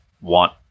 want